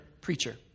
preacher